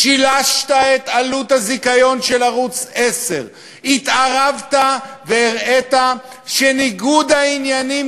שילשת את עלות הזיכיון של ערוץ 10. התערבת והראית שניגוד העניינים,